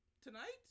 tonight